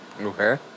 Okay